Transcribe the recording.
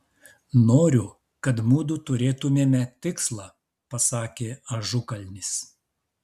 noriu kad mudu turėtumėme tikslą pasakė ažukalnis